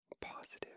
positive